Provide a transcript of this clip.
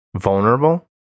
vulnerable